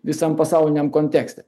visam pasauliniam kontekste